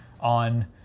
on